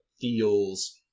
feels